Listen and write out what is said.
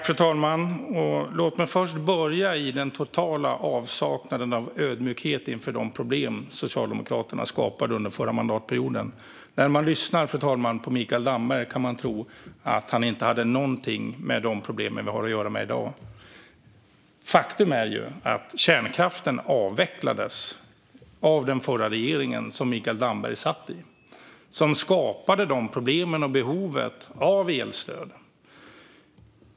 Fru talman! Låt mig börja i den totala avsaknaden av ödmjukhet inför de problem som Socialdemokraterna skapade under den förra mandatperioden. När man lyssnar på Mikael Damberg kan man tro att han inte hade någonting att göra med de problem vi har i dag. Faktum är att kärnkraften avvecklades av den förra regeringen, som Mikael Damberg satt i, och det skapade problemen och behovet av elstöd.